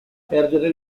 perdere